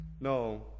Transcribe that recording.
No